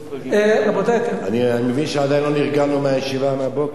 מבין שעדיין לא נרגענו מהישיבה מהבוקר.